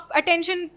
attention